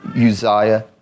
Uzziah